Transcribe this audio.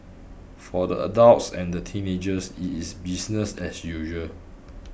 for the adults and the teenagers it is business as usual